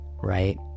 right